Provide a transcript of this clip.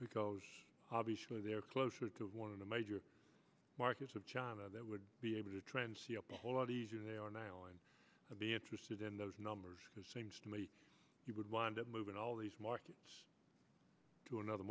because obviously they're closer to one of the major markets of china that would be able to train up a whole lot easier they are now and i'd be interested in those numbers because seems to me you would wind up moving all these markets to another